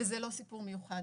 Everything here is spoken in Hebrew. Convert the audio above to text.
וזה לא סיפור מיוחד.